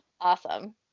Awesome